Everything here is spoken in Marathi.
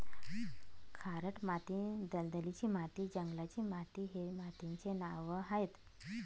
खारट माती, दलदलीची माती, जंगलाची माती हे मातीचे नावं आहेत